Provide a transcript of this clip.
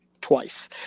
twice